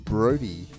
Brody